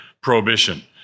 prohibition